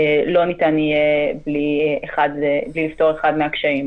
מן הסתם לא ניתן יהיה מבלי לפתור אחד מהקשיים.